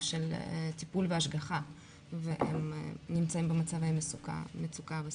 של טיפול והשגחה והם נמצאים במצבי מצוקה וסיכון?